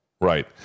Right